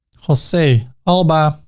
jose alba,